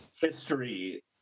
history